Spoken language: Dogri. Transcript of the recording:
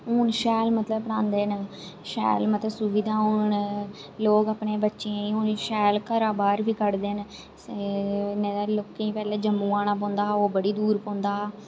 हून शैल मतलब पढ़ांदे न शैल मतलब सुविधां हून लोक अपने बच्चें गी हून शैल घरै बाह्र बी कड्डदे न नेईं ते लोकें गी पैह्ले जम्मू आना पौंदा हा ओह् बड़ी दूर पौंदा हा